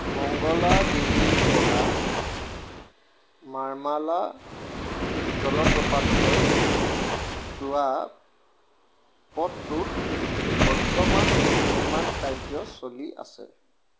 মঙ্গলাগিৰিৰ পৰা মাৰ্মালা জলপ্ৰপাতলৈ যোৱা পথটোত বৰ্তমান নিৰ্মাণ কাৰ্য্য চলি আছে